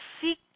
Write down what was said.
seek